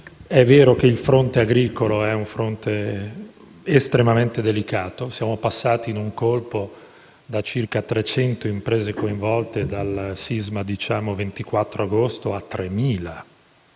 È vero che il fronte agricolo è estremamente delicato: siamo passati in un colpo da circa 300 imprese coinvolte dal sisma del 24 agosto a 3.000